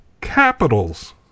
capitals